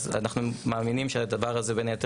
אז אנחנו מאמינים שהדבר הזה בין היתר